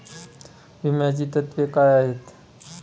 विम्याची तत्वे काय आहेत?